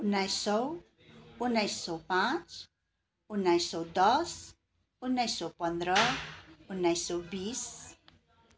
उन्नाइस सौ उन्नाइस सौ पाँच उन्नाइस सौ दस उन्नाइस सौ पन्ध्र उन्नाइस सौ बिस